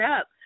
up